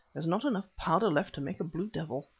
there's not enough powder left to make a blue devil.